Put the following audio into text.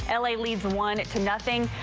ah la leads one to nothing.